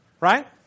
right